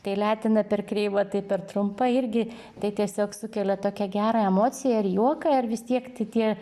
tai letena per kreiva tai per trumpa irgi tai tiesiog sukelia tokią gerą emociją ir juoką ir vis tiek tai tie